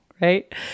right